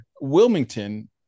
Wilmington